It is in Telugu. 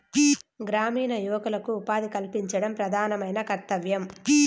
గ్రామీణ యువకులకు ఉపాధి కల్పించడం ప్రధానమైన కర్తవ్యం